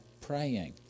praying